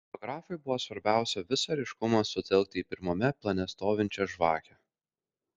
fotografui buvo svarbiausia visą ryškumą sutelkti į pirmame plane stovinčią žvakę